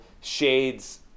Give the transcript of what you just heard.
Shades